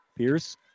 Pierce